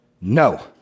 No